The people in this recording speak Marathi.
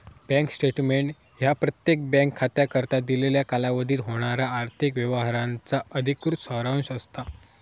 बँक स्टेटमेंट ह्या प्रत्येक बँक खात्याकरता दिलेल्या कालावधीत होणारा आर्थिक व्यवहारांचा अधिकृत सारांश असता